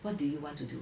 what do you want to do